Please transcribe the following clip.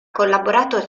collaborato